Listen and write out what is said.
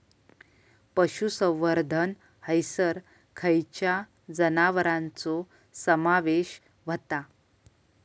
पशुसंवर्धन हैसर खैयच्या जनावरांचो समावेश व्हता?